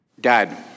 —Dad